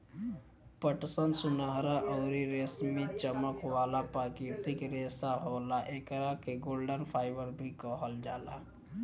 पटसन सुनहरा अउरी रेशमी चमक वाला प्राकृतिक रेशा होला, एकरा के गोल्डन फाइबर भी कहल जाला